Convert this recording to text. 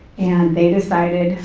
and they decided,